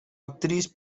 actriz